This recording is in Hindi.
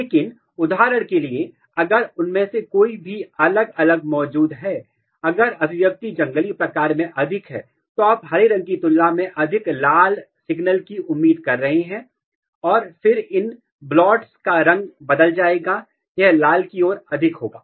लेकिन उदाहरण के लिए अगर उनमें से कोई भी अलग अलग मौजूद है अगर अभिव्यक्ति जंगली प्रकार में अधिक है तो आप हरे रंग की तुलना में अधिक लाल सिग्नल की उम्मीद कर रहे हैं और फिर इन धब्बों का रंग बदल जाएगा यह लाल की ओर अधिक होगा